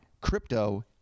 crypto